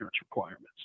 requirements